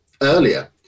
earlier